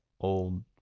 old